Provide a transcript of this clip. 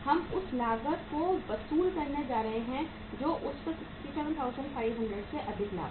हम उस लागत को वसूल करने जा रहे हैं जो उस पर 67500 से अधिक लाभ है